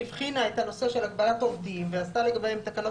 היא הבחינה את הנושא של הגבלת עובדים ועשתה לגביהם תקנות